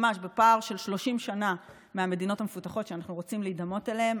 בפער של 30 מהמדינות המפותחות שאנחנו רוצים להידמות אליהן,